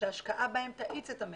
שההשקעה בהם תאיץ את המשק,